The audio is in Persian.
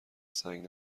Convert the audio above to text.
سنگ